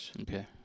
Okay